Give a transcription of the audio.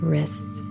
Wrist